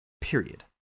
period